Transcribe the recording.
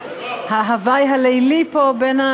ההווי הלילי פה בין,